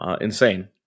Insane